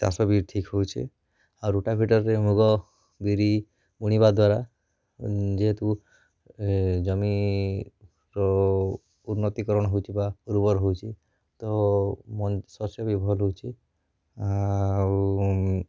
ଚାଷ ବି ଠିକ ହଉଛି ଆଉ ରୋଟାଭିଟରରେ ମୁଗ ବିରି ବୁଣିବା ଦ୍ୱାରା ଯେହେତୁ ଏ ଜମି ର ଉନ୍ନତିକରଣ ହଉଛି ବା ଉର୍ବର ହଉଛି ତ ମ ଶସ୍ୟ ବି ଭଲ ହଉଛି ଆଉ